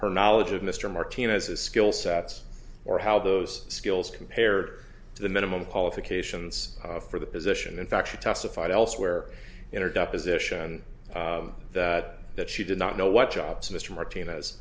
or knowledge of mr martinez his skill sets or how those skills compared to the minimum qualifications for the position in fact she testified elsewhere in her deposition that that she did not know what jobs mr martinez